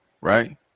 right